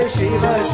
Shiva